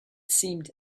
seemed